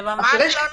זה ממש לא נכון.